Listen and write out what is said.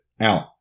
out